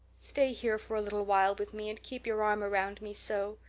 stay here for a little while with me and keep your arm round me so.